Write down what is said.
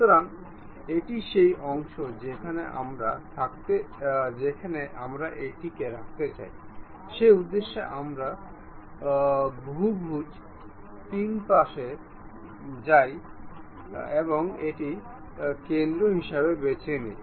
সুতরাং এটি সেই অংশ যেখানে আমরা থাকতে চাই সেই উদ্দেশ্যে আমরা বহুভুজ 3 পাশে যাই এবং এটি কেন্দ্র হিসাবে বেছে নিই